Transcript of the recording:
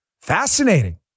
Fascinating